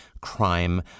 crime